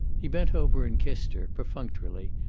he bent over and kissed her, perfunctorily,